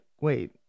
wait